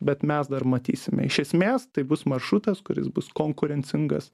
bet mes dar matysime iš esmės tai bus maršrutas kuris bus konkurencingas